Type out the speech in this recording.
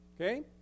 Okay